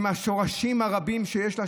עם השורשים הרבים שיש לה,